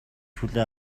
хүлээн